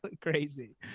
crazy